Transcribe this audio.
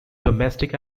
domestic